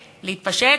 להתפשט,